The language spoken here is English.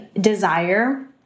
desire